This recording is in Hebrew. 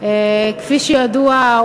כפי שידוע,